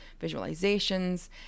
visualizations